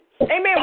Amen